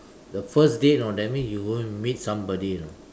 the first date you know that means you go and meet somebody you know